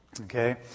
Okay